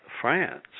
France